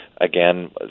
again